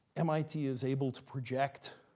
mit is able to project,